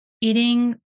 eating